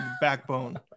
backbone